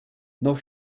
noch